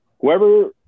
whoever